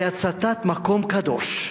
זה הצתת מקום קדוש,